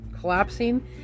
collapsing